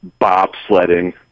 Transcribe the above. bobsledding